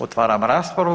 Otvaram raspravu.